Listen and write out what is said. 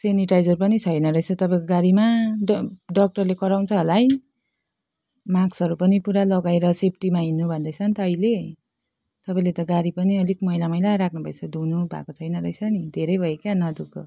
sanitiser पनि छैन रहेछ तपाईँको गाडीमा डक डक्टरले कराउँछ होला है माक्सहरू पनि पुरा लगाएर सेफ्टीमा हिँड्नु भन्दैछ नि त अहिले तपाईँले गाडी पनि अलिक मैला मैला राख्नुभएछ धुनुभएको छैन रहेछ नि धेरै भयो क्या हो नधोएको